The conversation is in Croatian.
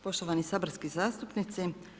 Poštovani saborski zastupnici.